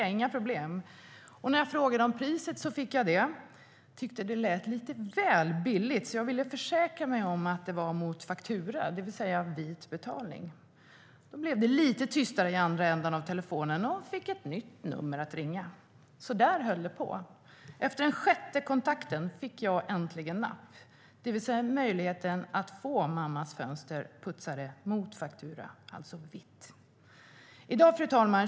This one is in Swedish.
Det är inga problem. När jag frågade om priset fick jag det. Jag tyckte det lät lite väl billigt. Jag ville försäkra mig om att det var mot faktura, det vill säga en vit betalning. Då blev det lite tystare i andra ändan av telefonen. Jag fick ett nytt nummer att ringa. Så där höll det på. Efter den sjätte kontakten fick jag äntligen napp, det vill säga möjligheten att få mammas fönster putsade mot faktura, alltså vitt. Fru talman!